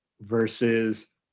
versus